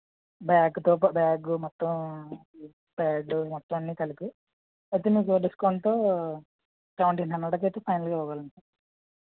బ్యాగ్తో పాటు బ్యాగ్ మొత్తం ప్యాడ్ మొత్తం అన్నీ కలిపి అయితే మీకు డిస్కౌంటు సెవెంటీన్ హండ్రెడ్కైతే ఫైనల్గా ఇవ్వగలను